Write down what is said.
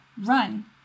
run